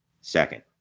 second